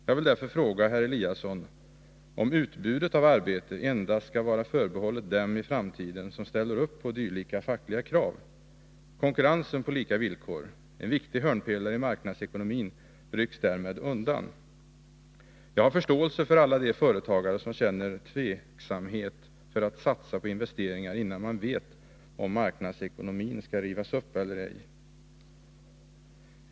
Jag vill därför fråga herr Eliasson om utbudet av arbete i framtiden endast skall förbehållas dem som ställer upp på dylika fackliga krav. Konkurrensen på lika villkor, en viktig hörnpelare i marknadsekonomin, rycks därmed undan. Jag har förståelse för alla de företagare som känner tveksamhet för att satsa på investeringar innan man vet om marknadsekonomin skall rivas upp eller ej.